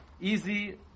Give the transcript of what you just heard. easy